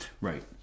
Right